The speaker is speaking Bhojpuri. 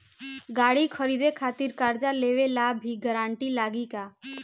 गाड़ी खरीदे खातिर कर्जा लेवे ला भी गारंटी लागी का?